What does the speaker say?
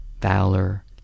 Valor